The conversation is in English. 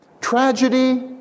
Tragedy